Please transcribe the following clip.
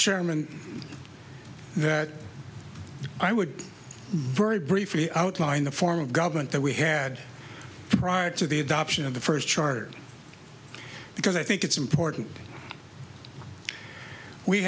chairman that i would very briefly outline the form of government that we had prior to the adoption of the first charge because i think it's important we